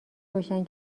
روشن